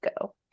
go